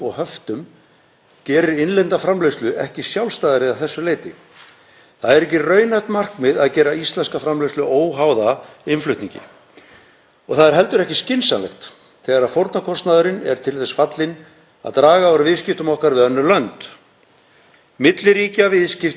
Það er heldur ekki skynsamlegt þegar fórnarkostnaðurinn er til þess fallinn að draga úr viðskiptum okkar við önnur lönd. Milliríkjaviðskipti byggja á því að hver þjóð framleiði á sínu svæði það sem hagkvæmast er og flytji inn það sem hagkvæmast er að framleiða annars staðar.